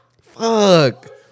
Fuck